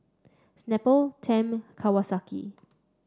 Snapple Tempt Kawasaki